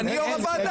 מה, אני יו"ר הוועדה?